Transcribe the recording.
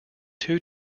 two